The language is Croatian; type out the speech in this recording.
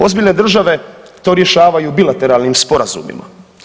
Ozbiljne države to rješavaju bilateralnim sporazumima.